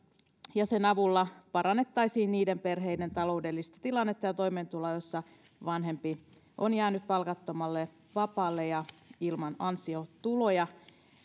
sen avulla parannettaisiin niiden perheiden taloudellista tilannetta ja toimeentuloa joissa vanhempi on jäänyt palkattomalle vapaalle ja on ilman ansiotuloja